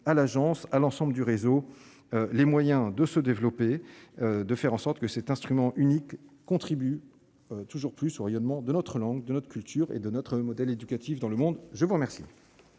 à l'agence à l'ensemble du réseau, les moyens de se développer, de faire en sorte que cet instrument unique contribuent toujours plus au rayonnement de notre langue, de notre culture et de notre modèle éducatif dans le monde, je vous remercie.